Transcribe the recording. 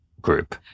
group